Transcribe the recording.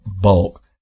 bulk